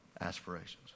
aspirations